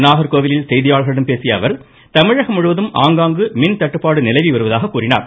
நாகர்கோவிலில் செய்தியாளர்களிடம் பேசியஅவர் தமிழகம் முழுவதும் ஆங்காங்கு மின் தட்டுப்பாடு நிலவி வருவதாக கூறினார்